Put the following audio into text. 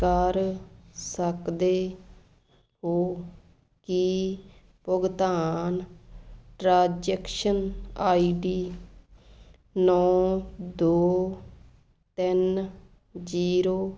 ਕਰ ਸਕਦੇ ਹੋ ਕਿ ਭੁਗਤਾਨ ਟ੍ਰਾਂਜੈਕਸ਼ਨ ਆਈ ਡੀ ਨੌ ਦੋ ਤਿੰਨ ਜ਼ੀਰੋ